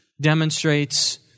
demonstrates